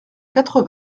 quatre